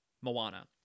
Moana